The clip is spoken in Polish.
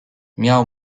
miał